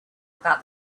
about